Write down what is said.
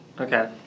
Okay